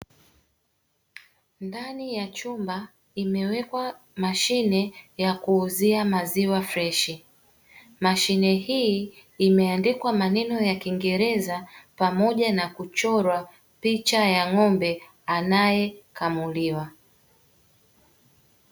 Ndani ya chumba imewekwa mashine ya kuuzia maziwa freshi. Mashine hii imeandikwa maneno ya kiingereza pamoja na kuchorwa picha ya ng'ombe anayekamuliwa.